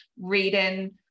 reading